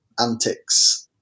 antics